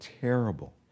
terrible